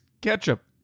ketchup